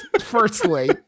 Firstly